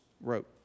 wrote